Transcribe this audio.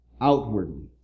outwardly